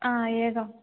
आ एकम्